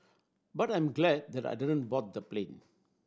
but I'm glad that I didn't board the plane